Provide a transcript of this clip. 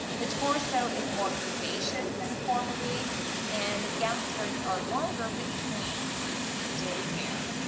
the torso is more curvaceous than formerly and gown skirts are longer with trains even for day wear.